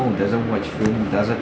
doesn't watch film doesn't